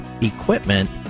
equipment